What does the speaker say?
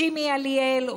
שימי אליאל,